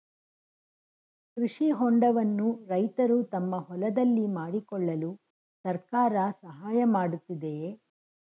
ಕೃಷಿ ಹೊಂಡವನ್ನು ರೈತರು ತಮ್ಮ ಹೊಲದಲ್ಲಿ ಮಾಡಿಕೊಳ್ಳಲು ಸರ್ಕಾರ ಸಹಾಯ ಮಾಡುತ್ತಿದೆಯೇ?